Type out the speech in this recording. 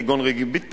כגון ריבית פיגורים,